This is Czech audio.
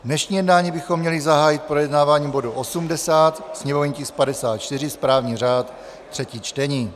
Dnešní jednání bychom měli zahájit projednáváním bodu 80, sněmovní tisk 54, správní řád, třetí čtení.